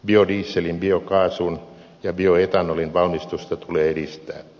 biodieselin biokaasun ja bioetanolin valmistusta tulee edistää